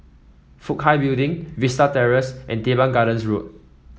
Fook Hai Building Vista Terrace and Teban Gardens Road